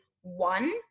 one